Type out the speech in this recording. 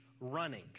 running